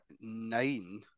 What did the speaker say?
nine